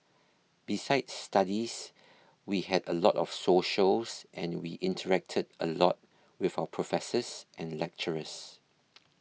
besides studies we had a lot of socials and we interacted a lot with our professors and lecturers